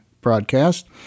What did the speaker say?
broadcast